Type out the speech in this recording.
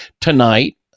Tonight